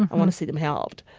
i want to see them helped.